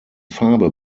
farbe